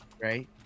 Right